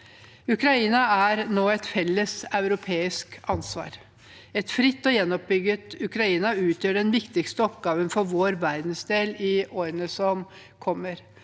Ukraina er nå et felles europeisk ansvar. Et fritt og gjenoppbygget Ukraina utgjør den viktigste oppgaven for vår verdensdel i årene som kommer.